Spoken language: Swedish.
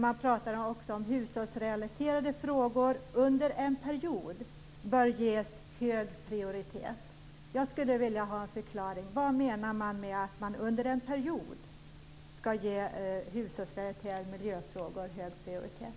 Man framhåller också att hushållsrelaterade frågor under en period bör ges hög prioritet. Jag skulle vilja få förklarat vad man menar med att under en period hushållsrelaterade miljöfrågor skall ges hög prioritet.